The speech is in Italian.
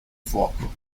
fuoco